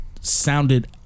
sounded